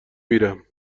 میرم